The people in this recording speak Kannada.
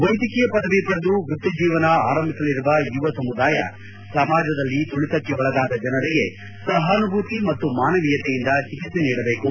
ವೈದ್ಯಕೀಯ ಪದವಿ ಪಡೆದು ವೃತ್ತಿ ಜೀವನ ಆರಂಭಿಸಲಿರುವ ಯುವ ಸಮುದಾಯ ಸಮಾಜದಲ್ಲಿ ತುಳಿತಕ್ಕೆ ಒಳಗಾದ ಜನರಿಗೆ ಸಪಾನುಭೂತಿ ಮತ್ತು ಮಾನವೀಯತೆಯಿಂದ ಚಿಕಿತ್ತೆ ನೀಡಬೇಕು